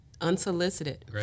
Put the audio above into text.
unsolicited